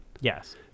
Yes